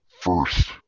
First